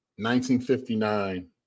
1959